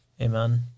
amen